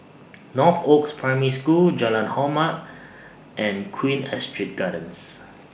Northoaks Primary School Jalan Hormat and Queen Astrid Gardens